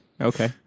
Okay